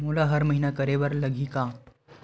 मोला हर महीना करे बर लगही का?